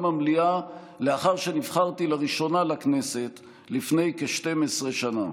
המליאה לאחר שנבחרתי לראשונה לכנסת לפני כ-12 שנה.